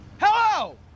Hello